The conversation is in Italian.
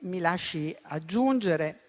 Mi lasci aggiungere,